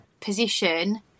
position